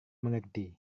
mengerti